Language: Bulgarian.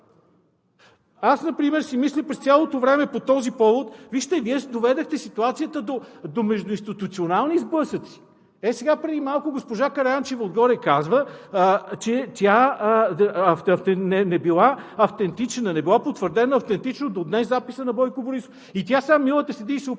Аз например си мисля през цялото време по този повод, вижте, Вие доведохте ситуацията до междуинституционални сблъсъци. Сега, преди малко, госпожа Караянчева отгоре казва, че тя не била автентична, не бил потвърден автентично до днес записът на Бойко Борисов. И тя сега милата седи и се оправдава